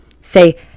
Say